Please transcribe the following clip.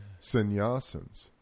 sannyasins